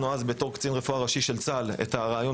כקצין רפואה ראשי של צה"ל הוא הביא לנו את הרעיון